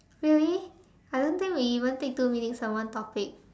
really I don't think we even take two minutes on one topic